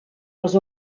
les